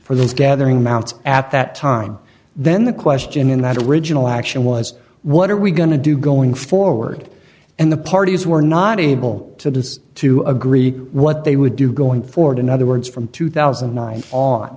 for this gathering amounts at that time then the question in that original action was what are we going to do going forward and the parties were not able to do is to agree what they would do going forward in other words from two thousand and nine on